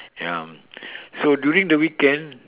ya so during the weekends